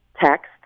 text